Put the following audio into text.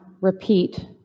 repeat